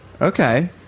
Okay